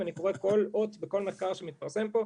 2022. אני קורא כל אות וכל מחקר שמתפרסם פה.